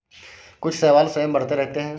कुछ शैवाल स्वयं बढ़ते रहते हैं